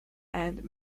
and